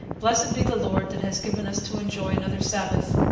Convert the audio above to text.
blessed be the lord that has given us to enjoy another sabath.